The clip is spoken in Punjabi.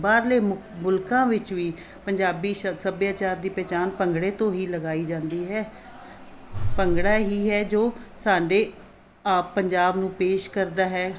ਬਾਹਰਲੇ ਮੁ ਮੁਲਕਾਂ ਵਿੱਚ ਵੀ ਪੰਜਾਬੀ ਸ ਸੱਭਿਆਚਾਰ ਦੀ ਪਹਿਚਾਣ ਭੰਗੜੇ ਤੋਂ ਹੀ ਲਗਾਈ ਜਾਂਦੀ ਹੈ ਭੰਗੜਾ ਹੀ ਹੈ ਜੋ ਸਾਡੇ ਆ ਪੰਜਾਬ ਨੂੰ ਪੇਸ਼ ਕਰਦਾ ਹੈ